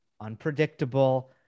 unpredictable